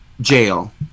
jail